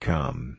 Come